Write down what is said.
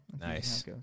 Nice